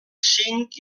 cinc